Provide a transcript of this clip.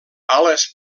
ales